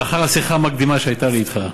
לאחר השיחה המקדימה שהייתה לי אתך.